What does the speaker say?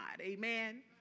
Amen